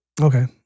Okay